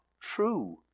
true